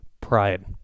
pride